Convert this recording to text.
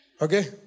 Okay